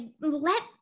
let